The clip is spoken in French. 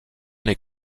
les